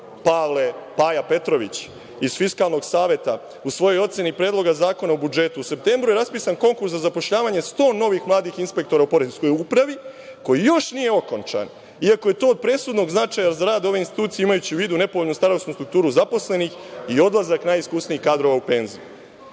Pavle Paja Petrović iz Fiskalnog saveta u svojoj oceni Predloga zakona o budžetu, u septembru je raspisan konkurs za zapošljavanje 100 novih mladih inspektora u poreskoj upravi, koji još nije okončan, iako je to od presudnog značaja za rad ove institucije, imajući u vidu nepovoljnu starosnu strukturu zaposlenih i odlazak najiskusnijih kadrova u penziju.